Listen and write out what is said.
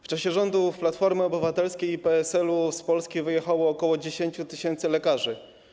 W czasie rządów Platformy Obywatelskiej i PSL-u z Polski wyjechało ok. 10 tys. lekarzy.